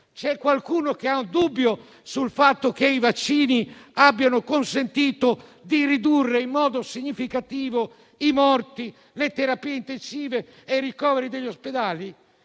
Qualcuno ha un dubbio sul fatto che i vaccini abbiano consentito di ridurre in modo significativo le morti, gli accessi in terapia intensiva e i ricoveri negli ospedali?